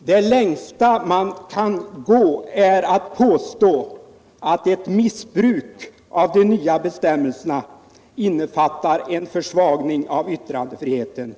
Det längsta man kan gå är att påstå att ett missbruk av de nya bestämmelserna innefattar en försvagning av yttrandefriheten,